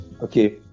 Okay